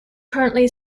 currently